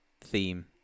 theme